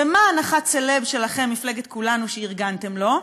ומה הנחת הסלב שלכם, מפלגת כולנו, שארגנתם לו?